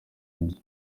ibye